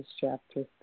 chapter